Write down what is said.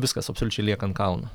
viskas absoliučiai lieka ant kalno